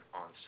on